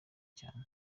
cyane